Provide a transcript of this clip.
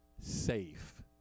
safe